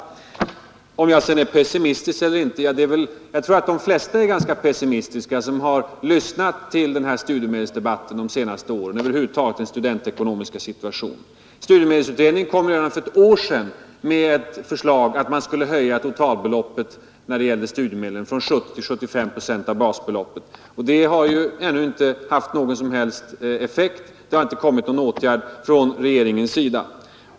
Statsrådet sade att jag var pessimistisk, men jag tror att de flesta som har lyssnat till studiemedelsdebatten under de senaste åren är ganska pessimistiska över huvud taget i fråga om den studentekonomiska situationen. Studiemedelsutredningen kom ju redan för ett år sedan med ett förslag att man skulle höja totalbeloppet för studiemedlen från 70 till 75 procent av basbeloppet. Det har ännu inte haft någon som helst effekt. Det har inte vidtagits någon åtgärd från regeringens sida.